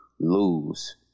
lose